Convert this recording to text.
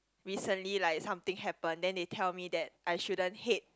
recently like something happened then they tell me that I shouldn't hate